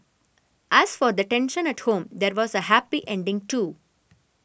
as for the tension at home there was a happy ending too